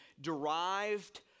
derived